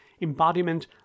embodiment